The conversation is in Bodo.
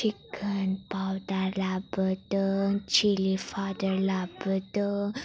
सिखेन फावदार लाबोदों सिलि फावदार लाबोदों